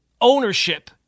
ownership